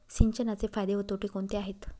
सिंचनाचे फायदे व तोटे कोणते आहेत?